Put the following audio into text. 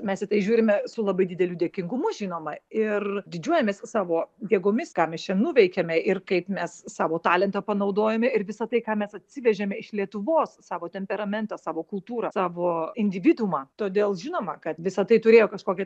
mes į tai žiūrime su labai dideliu dėkingumu žinoma ir didžiuojamės savo jėgomis ką mes čia nuveikėme ir kaip mes savo talentą panaudojome ir visa tai ką mes atsivežėme iš lietuvos savo temperamentą savo kultūrą savo individumą todėl žinoma kad visa tai turėjo kažkokią